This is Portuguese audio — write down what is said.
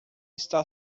está